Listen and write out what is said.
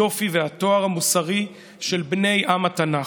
היופי והטוהר המוסרי של בני עם התנ"ך,